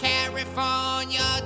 California